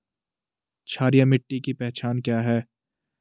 क्षारीय मिट्टी की पहचान क्या है?